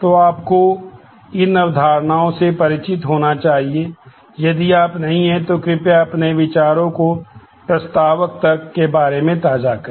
तो आपको इन अवधारणाओं से परिचित होना चाहिए यदि आप नहीं हैं तो कृपया अपने विचारों को प्रस्तावक तर्क के बारे में ताजा करें